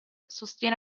sostiene